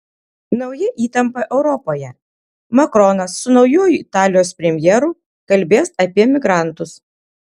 nauja įtampa europoje makronas su naujuoju italijos premjeru kalbės apie migrantus